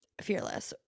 Fearless